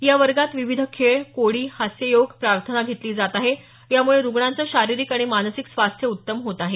या वर्गात विविध खेळ कोडी हास्य योग प्रार्थना घेतली जात आहे यामुळे रुग्णांच शारिरीक आणि मानसिक स्वास्थ्य उत्तम होत आहे